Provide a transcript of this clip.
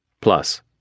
Plus